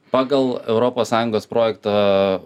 pagal europos sąjungos projektą